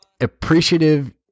appreciative